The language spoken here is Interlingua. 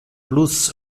plus